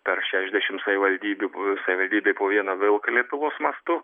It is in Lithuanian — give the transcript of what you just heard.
per šešiasdešimt savivaldybių savivaldybėj po vieną vilką lietuvos mastu